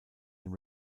den